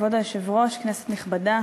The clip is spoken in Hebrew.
כבוד היושב-ראש, כנסת נכבדה,